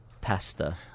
pasta